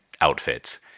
outfits